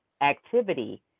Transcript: activity